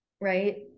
right